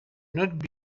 not